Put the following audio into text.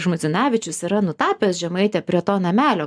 žmuidzinavičius yra nutapęs žemaitę prie to namelio